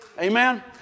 Amen